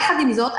יחד עם זאת,